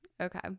Okay